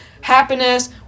happiness